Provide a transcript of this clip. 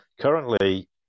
currently